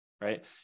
right